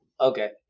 Okay